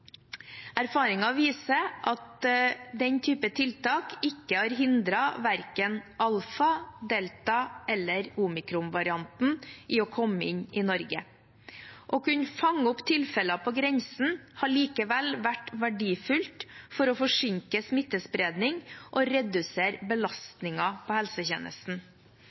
viser at den typen tiltak ikke har hindret verken alfa-, delta- eller omikronvarianten i å komme inn i Norge. Å kunne fange opp tilfeller på grensen har likevel vært verdifullt for å forsinke smittespredning og redusere belastningen på helsetjenesten.